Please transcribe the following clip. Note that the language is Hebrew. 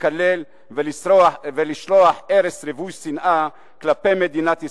לקלל ולשלוח ארס רווי שנאה כלפי מדינת ישראל,